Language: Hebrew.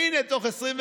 ואם אני צריך לסיים,